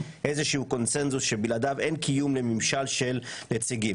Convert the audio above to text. איזשהו קונצנזוס שבלעדיו אין קיום לממשל של נציגים.